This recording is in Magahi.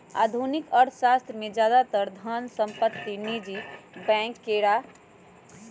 आधुनिक अर्थशास्त्र में ज्यादातर धन उत्पत्ति निजी बैंक करा हई